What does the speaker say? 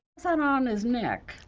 so on on his neck?